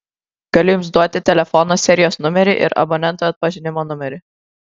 galiu jums duoti telefono serijos numerį ir abonento atpažinimo numerį